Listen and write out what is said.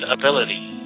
ability